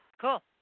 Cool